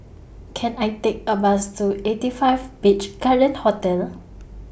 Can I Take A Bus to eighty five Beach Garden Hotel